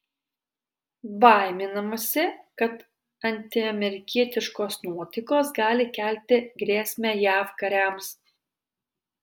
baiminamasi kad antiamerikietiškos nuotaikos gali kelti grėsmę jav kariams